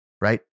right